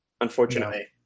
Unfortunately